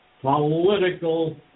political